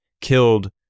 killed